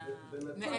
לציבור,